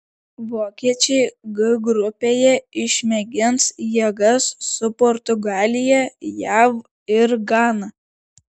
vokiečiai g grupėje išmėgins jėgas su portugalija jav ir gana